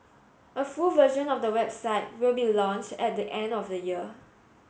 a full version of the website will be launched at the end of the year